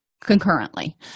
concurrently